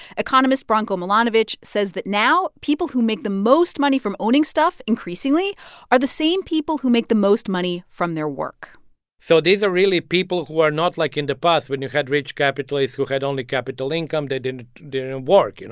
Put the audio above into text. economist branko milanovic says that now, people who make the most money from owning stuff increasingly are the same people who make the most money from their work so these are really people who are not like in the past when you had rich capitalists who had only capital income. they didn't didn't and work, you know?